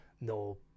no